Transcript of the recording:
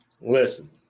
Listen